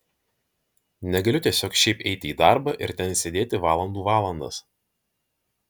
negaliu tiesiog šiaip eiti į darbą ir ten sėdėti valandų valandas